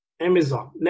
Amazon